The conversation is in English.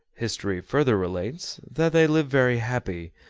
history further relates that they lived very happy,